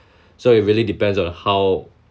so it really depends on how